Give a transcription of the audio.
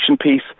piece